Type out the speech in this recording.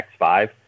X5